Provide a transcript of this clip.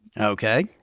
Okay